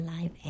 life